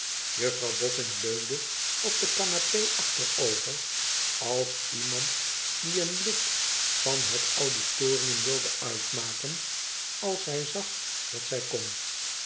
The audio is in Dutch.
leunde op de canapé achterover als iemand die een lid van het auditorium wilde uitmaken als zij zag dat zij kon